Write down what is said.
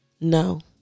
No